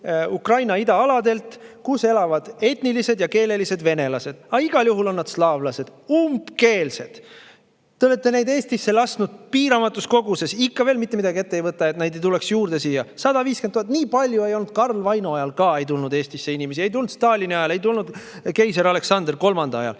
Ukraina idaaladelt, kus elavad etnilised ja keelelised venelased, aga igal juhul on nad slaavlased. Umbkeelsed! Te olete neid Eestisse lasknud piiramatus koguses. Ikka veel mitte midagi ette ei võta, et neid ei tuleks siia juurde. 150 000 – nii palju ei tulnud Karl Vaino ajal ka Eestisse inimesi, ei tulnud Stalini ajal, ei tulnud keiser Aleksander III ajal.